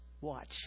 watch